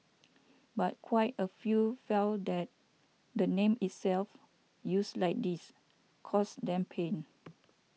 but quite a few felt that the name itself used like this caused them pain